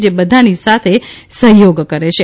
જે બધાની સાથે સહયોગ કરે છે